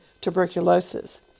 tuberculosis